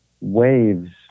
waves